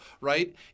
right